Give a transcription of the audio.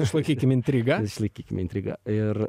išlaikykim intrigą išlaikykim intrigą ir